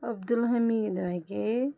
Abdul Hamid Hakim